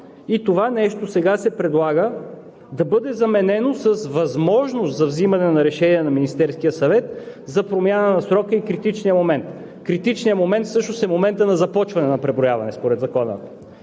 това нещо да бъде заменено с възможност за взимане на решение от Министерския съвет за промяна на срока и критичния момент. Критичният момент всъщност е моментът на започване на преброяване според Закона,